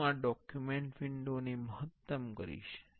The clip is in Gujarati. હું આ ડોક્યુમેંટ વિંડો ને મહત્તમ કરીશ